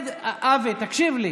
אבי, תקשיב לי,